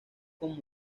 con